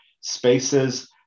spaces